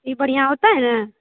ई बढ़ियाॅं होतै ने